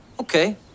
Okay